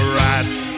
rats